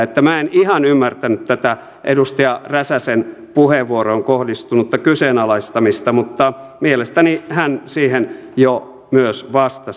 että minä en ihan ymmärtänyt tätä edustaja räsäsen puheenvuoroon kohdistunutta kyseenalaistamista mutta mielestäni hän siihen jo myös vastasi